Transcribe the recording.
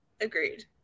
Agreed